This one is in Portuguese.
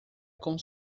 com